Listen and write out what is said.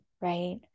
right